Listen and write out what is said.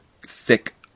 thick